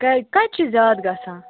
کا کَتہِ چھِ زیادٕ گژھان